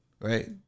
Right